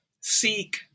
seek